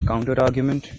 counterargument